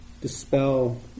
dispel